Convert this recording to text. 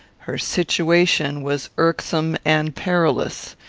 her situation was irksome and perilous.